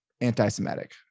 anti-Semitic